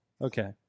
Okay